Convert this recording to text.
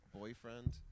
boyfriend